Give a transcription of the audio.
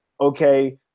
Okay